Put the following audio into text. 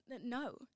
no